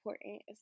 important